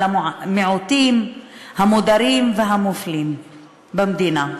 על המיעוטים המודרים והמופלים במדינה.